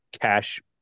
cash